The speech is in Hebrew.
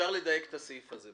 אפשר לדייק את הסעיף הזה.